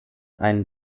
einen